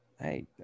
Hey